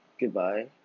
Goodbye